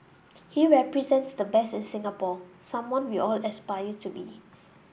he represents the best in Singapore someone we all aspire to be